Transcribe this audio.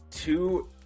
Two